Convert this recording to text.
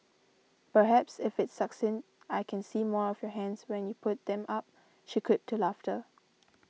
perhaps if it's succinct I can see more of your hands when you put them up she quipped to laughter